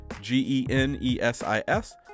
G-E-N-E-S-I-S